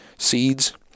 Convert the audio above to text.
Seeds